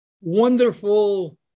wonderful